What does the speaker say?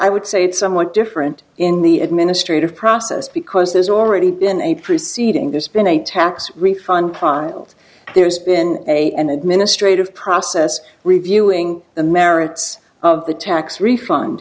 i would say it's somewhat different in the administrative process because there's already been a preceding there's been a tax refund piled there's been a an administrative process reviewing the merits of the tax refund